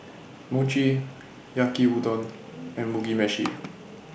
Mochi Yaki Udon and Mugi Meshi